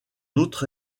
autre